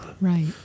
Right